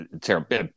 terrible